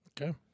Okay